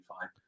fine